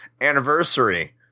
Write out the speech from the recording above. anniversary